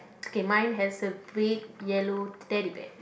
okay mine has a big yellow Teddy Bear